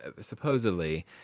supposedly